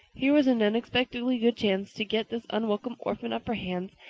here was an unexpectedly good chance to get this unwelcome orphan off her hands,